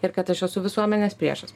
ir kad aš esu visuomenės priešas